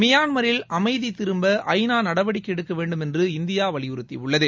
மியான்மில் அமைதிதிரும்ப ஐ நா நடவடிக்கைஎடுக்கவேண்டுமென்று இந்தியாவலியறுத்தியுள்ளது